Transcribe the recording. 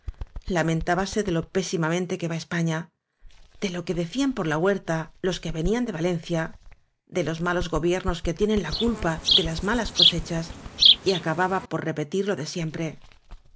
la mentábanse dé lo pésimamente que va españa de lo que decían por la huerta los que venían de valencia de los malos gobiernos que tienen la culpa de las malas cosechas y acababa por repetir lo de siempre